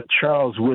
Charles